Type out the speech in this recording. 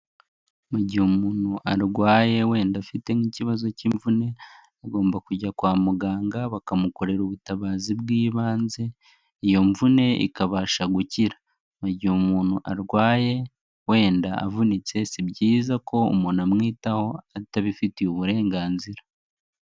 Mu gihe umuntu arwaye wenda afite nk'ikibazo cy'imvune, agomba kujya kwa muganga bakamukorera ubutabazi bw'ibanze, iyo mvune ikabasha gukira. Mu gihe umuntu arwaye wenda avunitse, si byiza ko umuntu amwitaho atabifitiye uburenganzira.